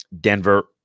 Denver